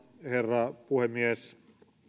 herra puhemies